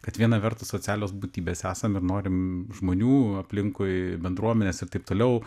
kad viena vertus socialios būtybės esam ir norim žmonių aplinkui bendruomenės ir taip toliau